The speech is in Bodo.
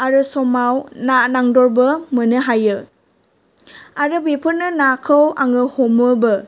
आरो समाव ना नांदरबो मोननो हायो आरो बेफोरनो नाखौ आङो हमोबो